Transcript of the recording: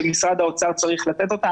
שמשרד האוצר צריך לתת אותה.